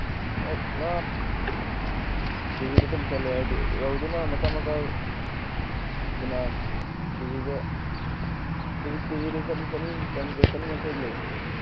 ꯉꯥ ꯀꯦ ꯖꯤꯗ ꯑꯗꯨꯝ ꯆꯠꯂꯦ ꯍꯥꯏꯗꯤ ꯔꯧꯗꯨꯅ ꯃꯆꯥ ꯃꯆꯥ ꯗꯨꯅ ꯀꯦꯖꯤꯗ ꯀꯦ ꯖꯤꯗ ꯆꯅꯤ ꯆꯅꯤ ꯆꯅꯤ ꯌꯥꯡꯈꯩꯗꯤ ꯂꯩ